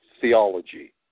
theology